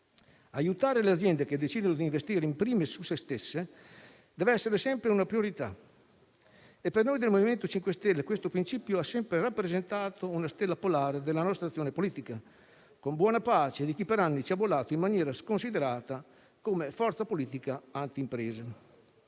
aiutare le aziende che decidono di investire, *in primis* su se stesse, deve essere sempre una priorità e per noi del MoVimento 5 Stelle questo principio ha sempre rappresentato una stella polare della nostra azione politica, con buona pace di chi per anni ci ha bollato, in maniera sconsiderata, come forza politica anti imprese.